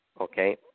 okay